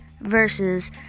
versus